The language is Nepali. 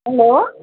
हेलो